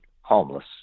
homeless